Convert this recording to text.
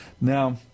Now